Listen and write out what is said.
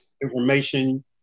information